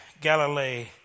Galilee